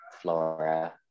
flora